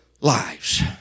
lives